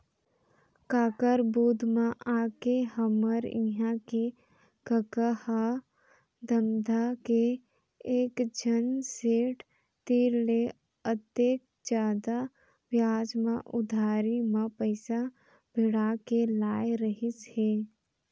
काकर बुध म आके हमर इहां के कका ह धमधा के एकझन सेठ तीर ले अतेक जादा बियाज म उधारी म पइसा भिड़ा के लाय रहिस हे